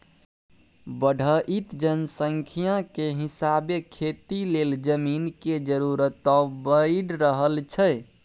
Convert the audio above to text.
बढ़इत जनसंख्या के हिसाबे खेती लेल जमीन के जरूरतो बइढ़ रहल छइ